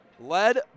led